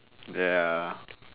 ya